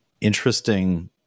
interesting